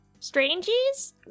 Strangies